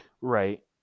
Right